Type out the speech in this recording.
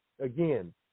Again